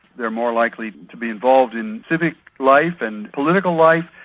they're more likely to be involved in civic life and political life,